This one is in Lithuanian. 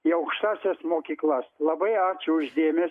į aukštąsias mokyklas labai ačiū už dėmesį